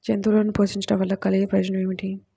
జంతువులను పోషించడం వల్ల కలిగే ప్రయోజనం ఏమిటీ?